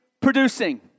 producing